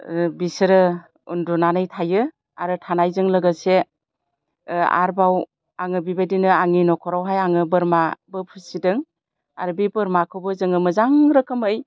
बिसोरो उन्दुनानै थायो आरो थानायजों लोगोसे आरबाव आङो बिबायदिनो आंनि न'खरावहाय आङो बोरमाबो फिसिदों आरो बे बोरमाखौबो जोङो मोजां रोखोमै